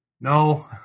no